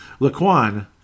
Laquan